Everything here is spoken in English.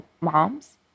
moms